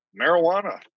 marijuana